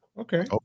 Okay